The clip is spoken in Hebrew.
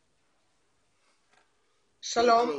שלום.